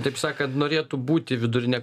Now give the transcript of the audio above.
taip sakant norėtų būti vidurinia